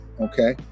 okay